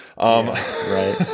right